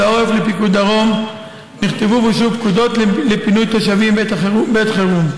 העורף לפיקוד הדרום ונכתבו ואושרו פקודות לפינוי תושבים בעת החירום.